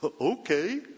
Okay